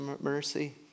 mercy